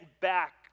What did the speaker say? back